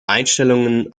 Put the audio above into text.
einstellungen